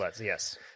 yes